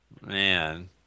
Man